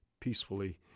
peacefully